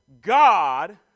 God